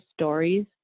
stories